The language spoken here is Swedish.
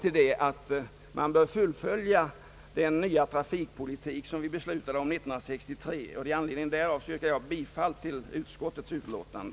Vår slutsats har blivit att den nya trafikpolitik som vi beslutade om år 1963 bör fullföljas. Med anledning härav yrkar jag bifall till utskottets utlåtande.